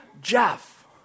Jeff